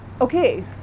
okay